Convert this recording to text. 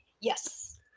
Yes